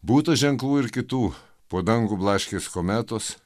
būta ženklų ir kitų po dangų blaškės kometos